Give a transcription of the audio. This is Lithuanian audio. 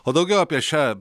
o daugiau apie šią